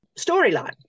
storyline